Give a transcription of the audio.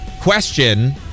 question